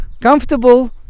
comfortable